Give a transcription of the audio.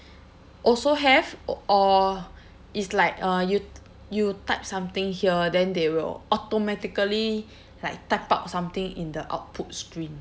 also have or it's like uh you you type something here then they will automatically like type out something in the output screen